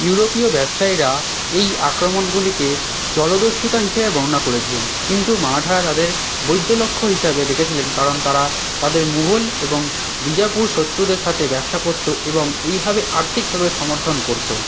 ইউরোপীয় ব্যবসায়ীরা এই আক্রমণগুলিকে জলদস্যুতা হিসেবে বর্ণনা করেছিলেন কিন্তু মারাঠারা তাদের বৈদ্য লক্ষ্য হিসাবে দেখেছিলেন কারণ তারা তাদের মুঘল এবং বিজাপুর শত্রুদের সাথে ব্যবসা করত এবং এইভাবে আর্থিকভাবে সমর্থন করত